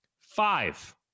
Five